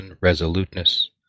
Resoluteness